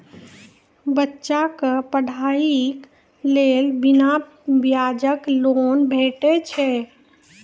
बच्चाक पढ़ाईक लेल बिना ब्याजक लोन भेटै छै?